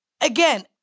again—